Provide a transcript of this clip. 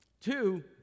Two